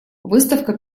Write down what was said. выставка